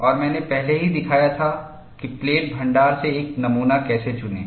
और मैंने पहले ही दिखाया था कि प्लेट भण्डार से एक नमूना कैसे चुनें